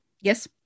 Yes